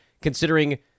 considering